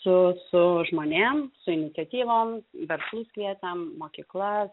su su žmonėm su iniciatyvom verslus kvietėm mokyklas